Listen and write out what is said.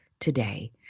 Today